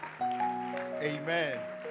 Amen